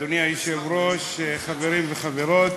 היושב-ראש, חברים וחברות,